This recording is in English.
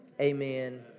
Amen